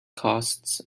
costs